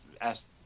asked